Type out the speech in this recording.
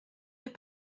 est